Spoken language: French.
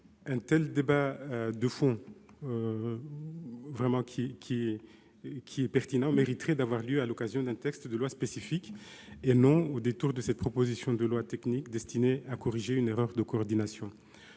Un tel débat de fond, qui est pertinent, mériterait d'avoir lieu à l'occasion de l'examen d'un texte de loi spécifique, et non au détour de cette proposition de loi technique destinée à corriger une erreur de coordination.